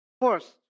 First